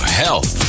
health